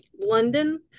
London